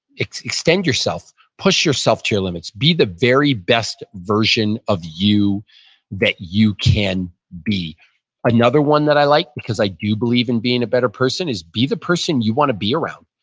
extend yourself. push yourself to your limits. be the very best version of you that you can be another one that i like, because i do believe in being a better person is, be the person you want to be around.